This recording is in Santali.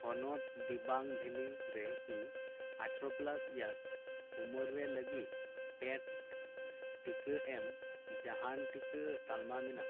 ᱦᱚᱱᱚᱛ ᱫᱤᱵᱟᱝ ᱵᱷᱮᱞᱤ ᱨᱮᱠᱤ ᱟᱴᱷᱟᱨᱳ ᱯᱞᱟᱥ ᱤᱭᱟᱨᱥ ᱩᱢᱮᱨ ᱨᱮ ᱞᱟᱹᱜᱤᱫ ᱯᱮᱰ ᱴᱤᱠᱟᱹ ᱮᱢ ᱡᱟᱦᱟᱱ ᱴᱤᱠᱟᱹ ᱛᱟᱞᱢᱟ ᱢᱮᱱᱟᱜ